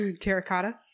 Terracotta